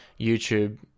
YouTube